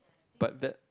but that